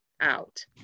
out